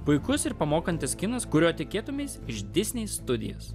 puikus ir pamokantis kinas kurio tikėtumeisi iš disney studijos